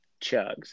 chugs